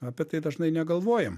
apie tai dažnai negalvojam